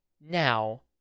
Now